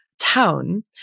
Town